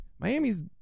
Miami's